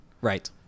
Right